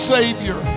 Savior